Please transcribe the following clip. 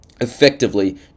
effectively